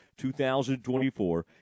2024